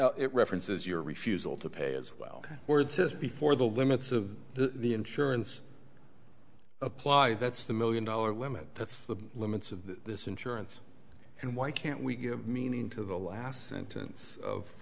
it references your refusal to pay as well or it's just before the limits of the insurance apply that's the million dollar limit that's the limits of the this insurance and why can't we give meaning to the last sentence of